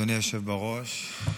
אדוני היושב-ראש,